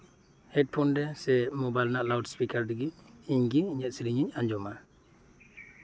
head phone ᱨᱮᱥᱮ mobile ᱨᱮᱱᱟᱜ loudspeaker ᱨᱮᱜᱮ ᱤᱧ ᱜᱮ ᱤᱧᱟᱹᱜ ᱥᱮᱨᱮᱧ ᱤᱧ ᱟᱸᱡᱚᱢᱟ